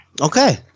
Okay